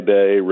Day